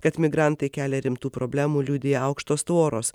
kad migrantai kelia rimtų problemų liudija aukštos tvoros